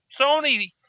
Sony